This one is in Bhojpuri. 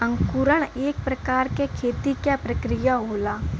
अंकुरण एक प्रकार क खेती क प्रक्रिया होला